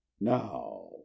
now